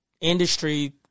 industry